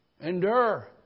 Endure